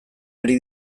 ari